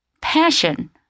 passion